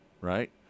right